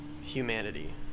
humanity